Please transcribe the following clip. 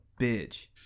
bitch